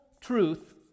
truth